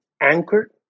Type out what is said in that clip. anchored